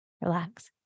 Relax